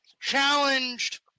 Challenged